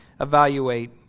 evaluate